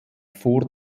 vor